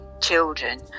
children